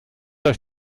euch